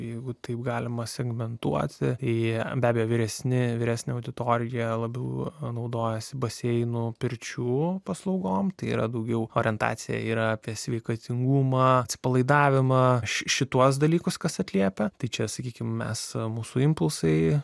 jeigu taip galima segmentuoti jie be abejo vyresni vyresnę auditoriją labiau naudojasi baseino pirčių paslaugoms tai yra daugiau orientacija yra apie sveikatingumą atsipalaidavimą šituos dalykus kas atliepia tai čia sakykime mes mūsų impulsai